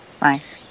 Nice